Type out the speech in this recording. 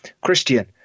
christian